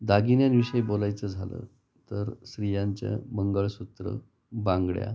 दागिन्यांविषयी बोलायचं झालं तर स्त्रियांच्या मंगळसूत्र बांगड्या